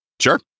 Sure